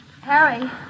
Harry